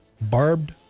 barbed